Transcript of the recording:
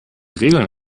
regeln